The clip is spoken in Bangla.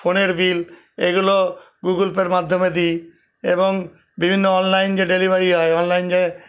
ফোনের বিল এইগুলো গুগল পের মাধ্যমে দিই এবং বিভিন্ন অনলাইন যে ডেলিভারি হয় অনলাইন যে